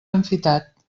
enfitat